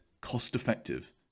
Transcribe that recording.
cost-effective